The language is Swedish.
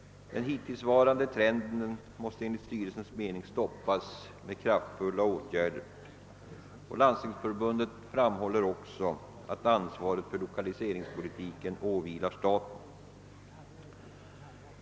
Den hittillsvarande trenden måste enligt styrelsens mening stoppas med effektiva åtgärder, och =<:Landstingsförbundet framhåller också att ansvaret för lokaliseringspolitiken åvilar staten.